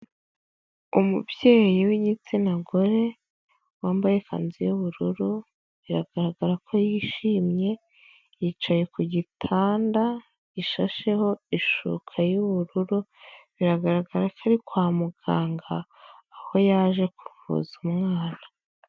Umubyeyi w'igitsina gore, wambaye ikanzu y'ubururu biragaragara ko yishimye, yicaye ku gitanda gishasheho ishuka y'ubururu, biragaragara ko ari kwa muganga, aho yaje kuvuza umwana.